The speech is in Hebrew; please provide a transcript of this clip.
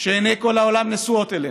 שעיני כל העולם נשואות אלינו,